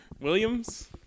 Williams